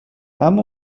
اما